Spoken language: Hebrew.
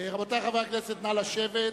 רבותי חברי הכנסת, נא לשבת.